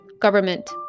government